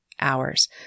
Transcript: hours